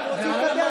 אתה רוצה להתקדם,